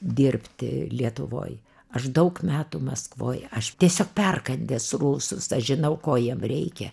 dirbti lietuvoj aš daug metų maskvoj aš tiesiog perkandęs rusus aš žinau ko jiem reikia